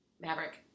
Maverick